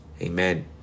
Amen